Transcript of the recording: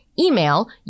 email